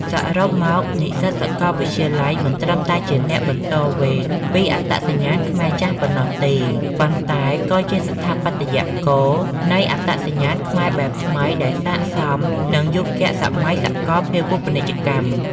សរុបមក និស្សិតសាកលវិទ្យាល័យមិនត្រឹមតែជាអ្នកបន្តវេនពីអត្តសញ្ញាណខ្មែរចាស់ប៉ុណ្ណោះទេ ប៉ុន្តែក៏ជាស្ថាបត្យករនៃអត្តសញ្ញាណខ្មែរបែបថ្មីដែលស័ក្តិសមនឹងយុគសម័យសកលភាវូបនីយកម្ម។